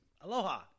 Aloha